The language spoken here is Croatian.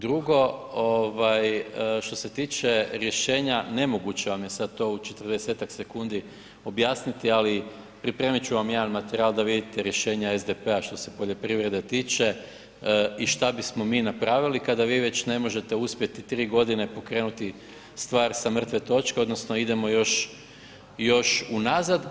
Drugo, što se tiče rješenja, nemoguće vam je sada to u četrdesetak sekundi objasniti, ali pripremit ću vam jedan materijal da vidite rješenja SDP-a što se poljoprivrede tiče i šta bismo mi napravili kada vi već ne možete uspjeti tri godine pokrenuti stvar sa mrtve točke odnosno idemo još unazad.